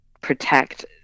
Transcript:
protect